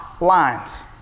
lines